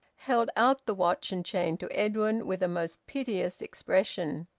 held out the watch and chain to edwin, with a most piteous expression.